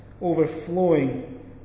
overflowing